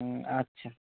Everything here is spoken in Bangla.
হুম আচ্ছা